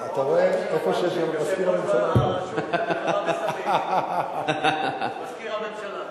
אתה רואה, איפה שיש מזכיר הממשלה, מזכיר הממשלה,